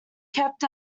kept